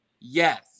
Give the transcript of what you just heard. Yes